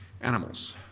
animals